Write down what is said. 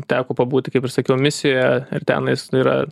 teko pabūti kaip ir sakiau misijoje ir tenais yra